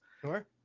Sure